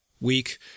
Weak